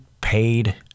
paid